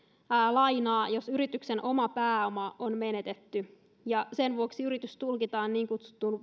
lainaa jos yrityksen oma pääoma on menetetty ja sen vuoksi yritys tulkitaan niin kutsutuksi